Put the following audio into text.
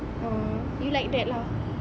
ah you like that lah